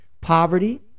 Poverty